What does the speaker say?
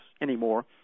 anymore